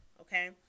okay